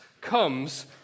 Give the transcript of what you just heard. comes